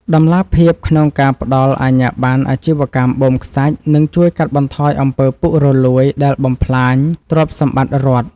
តម្លាភាពក្នុងការផ្តល់អាជ្ញាបណ្ណអាជីវកម្មបូមខ្សាច់នឹងជួយកាត់បន្ថយអំពើពុករលួយដែលបំផ្លាញទ្រព្យសម្បត្តិរដ្ឋ។